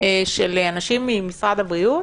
של אנשים ממשרד הבריאות: